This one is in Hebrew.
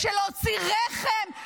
להוציא רחם,